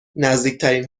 نزدیکترین